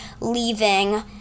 leaving